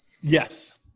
Yes